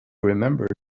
remembered